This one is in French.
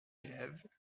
élèves